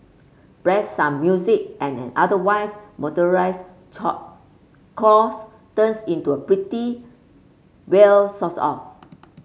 blast some music and an otherwise monotonous chore cores turns into a pretty well sorts of